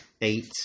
eight